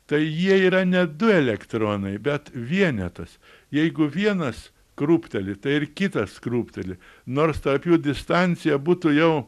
tai jie yra ne du elektronai bet vienetas jeigu vienas krūpteli ir kitas krūpteli nors tarp jų distancija būtų jau